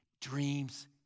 Dreams